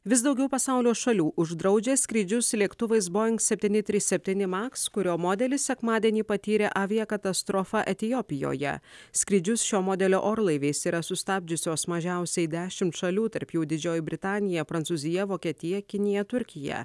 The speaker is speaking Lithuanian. vis daugiau pasaulio šalių uždraudžia skrydžius lėktuvais boeing septyni trys septyni maks kurio modelis sekmadienį patyrė aviakatastrofą etiopijoje skrydžius šio modelio orlaiviais yra sustabdžiusios mažiausiai dešimšalių tarp jų didžioji britanija prancūzija vokietija kinija turkija